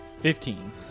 Fifteen